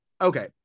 Okay